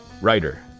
writer